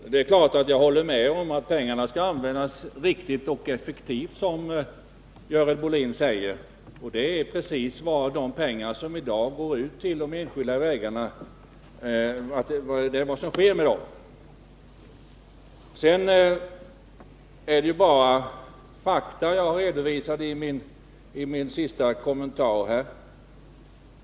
Fru talman! Det är naturligtvis en självklarhet att pengarna skall användas riktigt och effektivt. Det är precis vad som sker med de pengar som i dag går ut till de enskilda vägarna. Det är bara fakta jag har redovisat i min senaste kommentar.